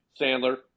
Sandler